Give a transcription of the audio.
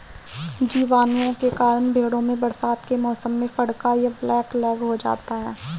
जीवाणुओं के कारण भेंड़ों में बरसात के मौसम में फड़का या ब्लैक लैग हो जाता है